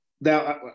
now